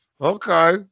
okay